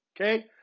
okay